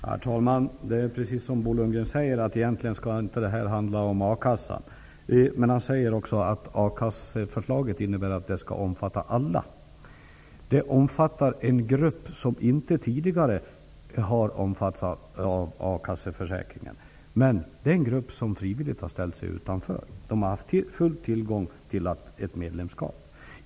Herr talman! Precis som Bo Lundgren säger skall denna diskussion egentligen inte handla om akassan. Men han säger också att a-kasseförslaget skall omfatta alla. Förslaget omfattar en grupp som tidigare inte har omfattats av a-kasseförsäkringen. Men det är en grupp som frivilligt har ställt sig utanför. De har haft fulla möjligheter till medlemskap.